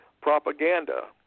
propaganda